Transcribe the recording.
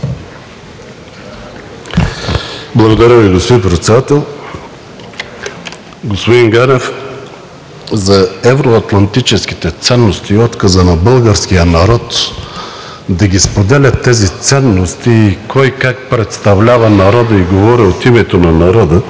Благодаря Ви, господин Председател. Господин Ганев, за евро-атлантическите ценности и отказа на българския народ да споделя тези ценности и кой как представлява народа, и говори от името на народа,